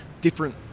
different